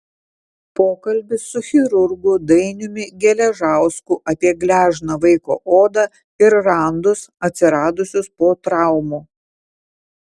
pokalbis su chirurgu dainiumi geležausku apie gležną vaiko odą ir randus atsiradusius po traumų